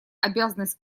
обязанность